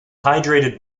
hydrated